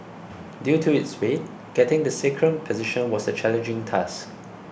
due to its weight getting the sacrum positioned was a challenging task